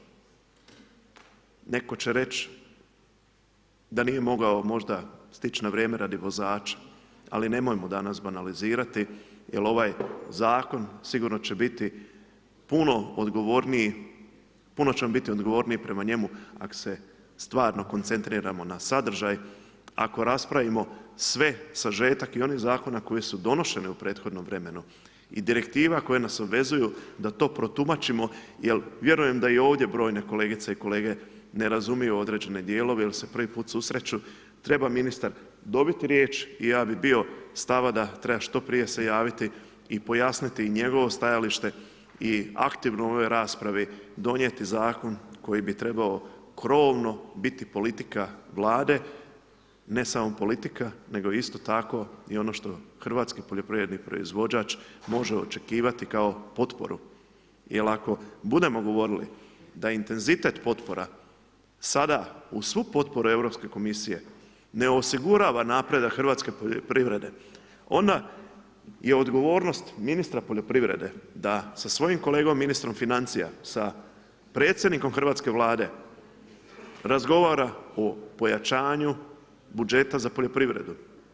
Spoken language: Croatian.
Netko će reći da nije mogao možda stić na vrijeme radi vozača ali nemojmo danas banalizirati jer ovaj zakon sigurno će biti puno odgovorniji, puno ćemo biti odgovorniji prema njemu ako se stvarno koncentriramo na sadržaj, ako raspravimo sve, sažetak i onih zakona koji su donošeni u prethodnom vremenu i direktiva koje nas obvezuju da to protumačimo jer vjerujem da i ovdje brojne kolegice i kolege ne razumiju određene dijelove jer se prvi put susreću, treba ministar dobiti riječ i ja bi bio stava da treba što prije se javiti i pojasniti i njegovo stajalište i aktivno u ovoj raspravi donijeti zakon koji bi trebao krovno biti politika Vlade, ne samo politika nego isto tako i ono što hrvatski poljoprivredni proizvođač može očekivati kao potporu jer ako budemo govorili da intenzitet potpora sada uz svu potporu Europske komisije ne osigurava napredak hrvatske poljoprivrede, onda je odgovornost ministra poljoprivrede da sa svojim kolegom ministrom financija, sa predsjednikom hrvatske Vlade, razgovara o pojačanju budžeta za poljoprivredu.